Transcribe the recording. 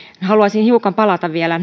haluaisin näin ollen hiukan palata vielä